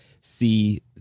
see